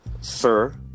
sir